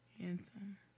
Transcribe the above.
handsome